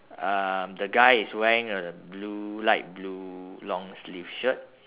um the guy is wearing a blue light blue long sleeve shirt